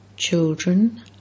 Children